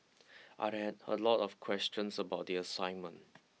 I had a lot of questions about the assignment